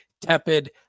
tepid